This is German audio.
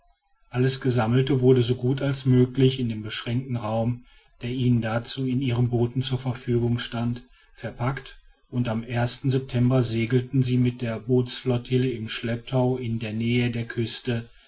alles gesammelte wurde so gut als möglich in den beschränkten raum der ihnen dazu in ihren booten zur verfügung stand verpackt und am september segelten sie mit ihrer bootflottille im schlepptau in der nähe der küste